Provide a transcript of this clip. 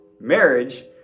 marriage